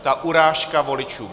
Ta urážka voličům.